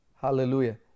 Hallelujah